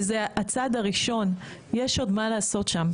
וזה הצעד הראשון, יש עוד מה לעשות שם.